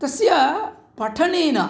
तस्य पठनेन